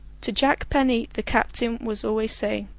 to jack penny the captain was always saying